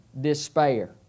despair